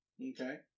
Okay